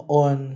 on